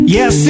Yes